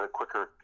quicker